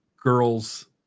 girls